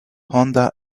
honda